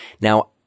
Now